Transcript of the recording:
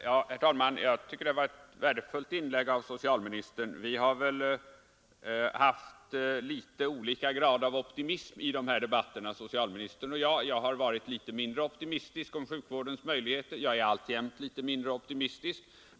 Herr talman! Jag tycker detta var ett värdefullt inlägg från socialministern. Vi har väl haft litet olika grad av optimism i dessa debatter, socialministern och jag. Jag har varit litet mindre optimistisk beträffande sjukvårdens möjligheter. Jag är alltjämt litet mindre optimistisk.